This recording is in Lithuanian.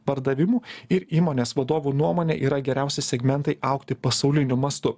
pardavimų ir įmonės vadovų nuomonė yra geriausi segmentai augti pasauliniu mastu